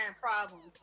problems